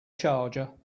charger